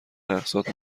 اقساط